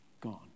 gone